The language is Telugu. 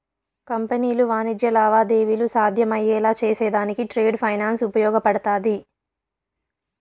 కంపెనీలు వాణిజ్య లావాదేవీలు సాధ్యమయ్యేలా చేసేదానికి ట్రేడ్ ఫైనాన్స్ ఉపయోగపడతాది